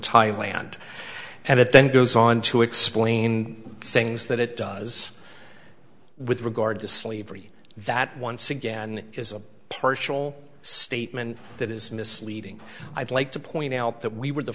thailand and it then goes on to explain things that it does with regard to sleeve three that once again is a partial statement that is misleading i'd like to point out that we were the